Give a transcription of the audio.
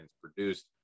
produced